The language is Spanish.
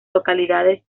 localidades